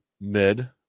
mid